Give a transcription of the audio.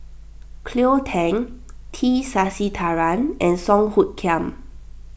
Cleo Thang T Sasitharan and Song Hoot Kiam